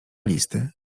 listy